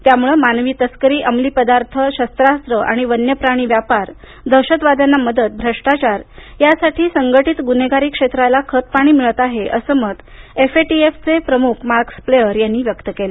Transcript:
त्यामुळं मानवी तस्करी अंमलीपदार्थ शस्त्रास्त्र आणि वन्यप्राणी व्यापार दहशतवाद्यांना मदत भ्रष्टाचार यासाठी संघटीत गुन्हेगारी क्षेत्राला खतपाणी मिळत आहे असं मत एफएटीएफचे प्रमुख मार्कस प्लेयर यांनी व्यक्त केलं